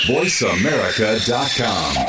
VoiceAmerica.com